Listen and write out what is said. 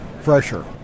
fresher